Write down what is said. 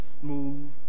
smooth